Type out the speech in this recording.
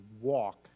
walk